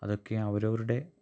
അതൊക്കെ അവരവരുടെ